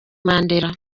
mandela